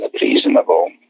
reasonable